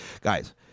guys